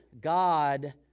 God